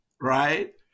right